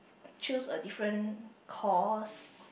choose a different course